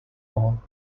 all